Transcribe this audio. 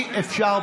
נותן לך מהצד.